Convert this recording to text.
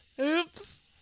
Oops